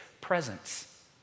presence